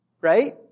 right